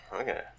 Okay